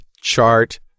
chart